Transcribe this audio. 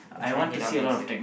trying it out next year